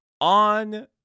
on